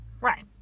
Right